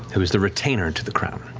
who is the retainer to the crown.